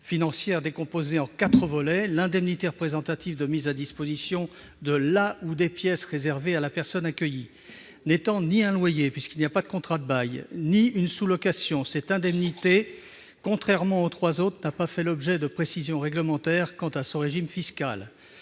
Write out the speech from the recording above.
financières décomposées en quatre volets, dont l'indemnité représentative de mise à disposition de la ou des pièces réservées à la personne accueillie, l'IMAD. N'étant ni un loyer, puisqu'il n'y a pas de contrat de bail, ni une sous-location, cette indemnité, contrairement aux trois autres, n'a pas fait l'objet de précisions réglementaires quant à son régime fiscal.